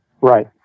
Right